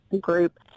group